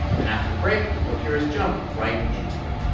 and then after the break, you'll hear us jump right into it